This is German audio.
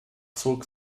zog